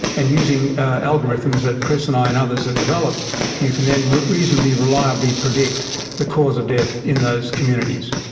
and using algorithms that chris and i and others have developed you can then reasonably reliably predict the cause of death in those communities.